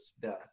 death